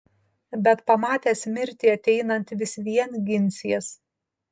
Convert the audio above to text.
bet pamatęs mirtį ateinant vis vien ginsies